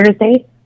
Thursday